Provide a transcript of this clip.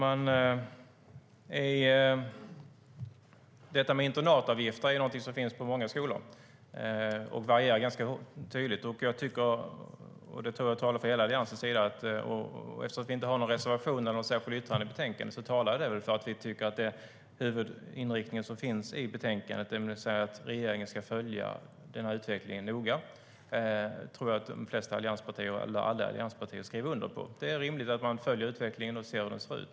Fru talman! Internatavgifter är någonting som finns på många skolor, och de varierar ganska mycket. Eftersom vi inte har någon reservation eller något särskilt yttrande i betänkandet talar det väl för att den huvudinriktning som finns i betänkandet, det vill säga att regeringen ska följa utvecklingen noga, är någonting som alla allianspartier skriver under på. Det är rimligt att man följer utvecklingen och ser hur den ser ut.